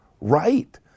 right